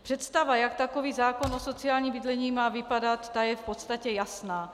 Představa, jak takový zákon o sociálním bydlení má vypadat, je v podstatě jasná.